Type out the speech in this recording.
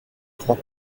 trois